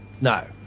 No